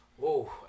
Whoa